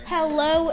Hello